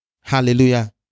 Hallelujah